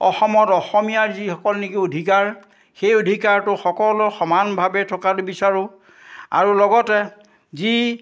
অসমত অসমীয়াৰ যিসকল নেকি অধিকাৰ সেই অধিকাৰটো সকলো সমানভাৱে থকাটো বিচাৰোঁ আৰু লগতে যি